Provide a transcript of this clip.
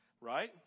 right